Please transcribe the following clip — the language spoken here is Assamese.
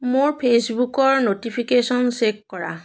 মোৰ ফেইচবুকৰ নটিফিকেচন চেক কৰা